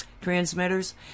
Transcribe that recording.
transmitters